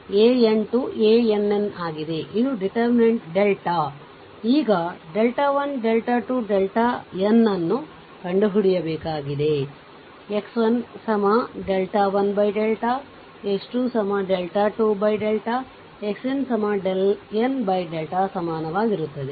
ಇದು determinant delta ಈಗ 1 2n ಅನ್ನು ಕಂಡುಹಿಡಿಯಬೇಕಾಗಿದೆ x 1 1 x 22 x nn ಸಮಾನವಾಗಿರುತ್ತದೆ